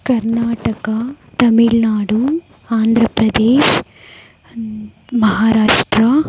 Karnataka Tamil Nadu Andhra Pradesh Maharashtra